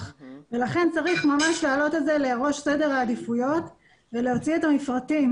ולכן צריך ממש להעלות את זה לראש סדר העדיפויות ולהוציא את המפרטים